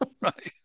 right